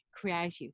creative